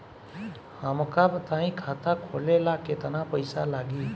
हमका बताई खाता खोले ला केतना पईसा लागी?